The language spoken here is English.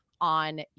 on